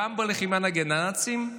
גם בלחימה נגד הנאצים,